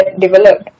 developed